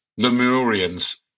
Lemurians